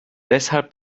deshalb